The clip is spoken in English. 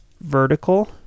vertical